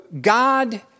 God